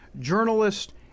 journalist